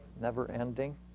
never-ending